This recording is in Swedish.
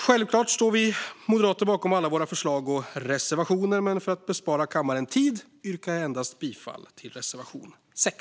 Självklart står vi moderater bakom alla våra förslag och reservationer, men för att bespara kammaren tid yrkar jag bifall endast till reservation 6.